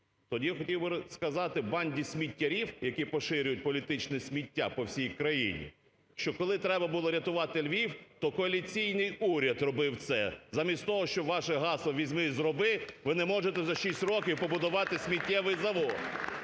Тоді хотів би сказати банді сміттярів, які поширюють політичне сміття по всій країні, що коли треба було рятувати Львів, то коаліційний уряд робив це, замість того, що ваше гасло "Візьми і зроби", ви не можете за 6 років побудувати сміттєвий завод.